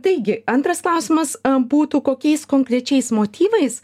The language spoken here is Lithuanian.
taigi antras klausimas am būtų kokiais konkrečiais motyvais